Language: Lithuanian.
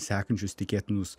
sekančius tikėtinus